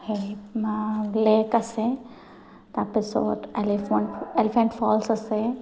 সেই লেক আছে তাৰপিছত এলিফেণ্ট ফলছ আছে